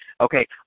Okay